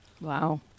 Wow